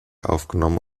aufgenommen